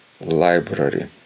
Library